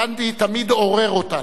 גנדי תמיד עורר אותנו.